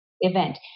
event